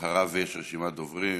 ואחריו יש רשימת דוברים,